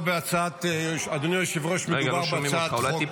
אדוני היושב-ראש, מדובר בהצעת חוק